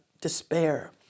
despair